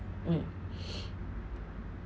mm